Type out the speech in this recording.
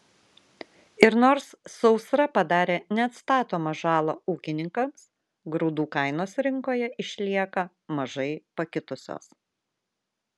ir nors sausra padarė neatstatomą žalą ūkininkams grūdų kainos rinkoje išlieka mažai pakitusios